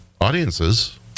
audiences